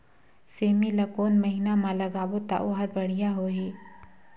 सेमी ला कोन महीना मा लगाबो ता ओहार बढ़िया होही?